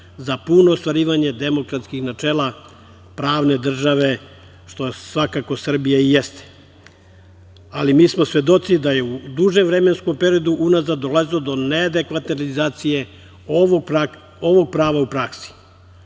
za puno ostvarivanje demokratskih načela pravne države, što svakako Srbija i jeste. Mi smo svedoci da je u dužem vremenskom periodu unazad dolazili do neadekvatne realizacije ovog prava u praksi,